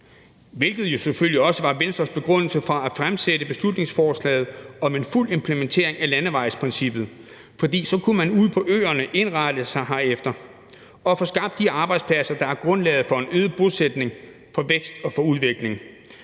hvilket jo selvfølgelig også var Venstres begrundelse for at fremsætte beslutningsforslaget om en fuld implementering af landevejsprincippet, for så kunne de ude på øerne indrette sig efter det og få skabt de arbejdspladser, der er grundlaget for en øget bosætning, for vækst og udvikling,